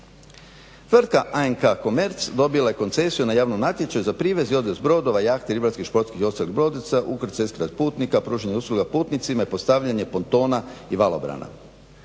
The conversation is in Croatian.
Tvrtka ANK KOmerc dobila je koncesiju na javnom natječaju za privez i odvoz brodova jahti, ribarskih, sportskih i ostalih brodica ukrcaja putnika i pružanja usluga putnicima i postavljanja pontona i valobrana.